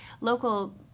local